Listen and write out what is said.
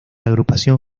agrupación